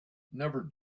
never